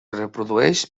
reprodueix